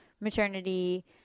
maternity